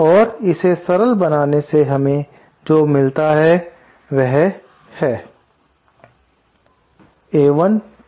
और इसे सरल बनाने से हमें जो मिलता है वह है